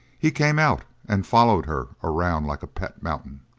he came out and followed her around like a pet mountain.